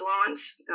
influence